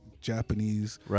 japanese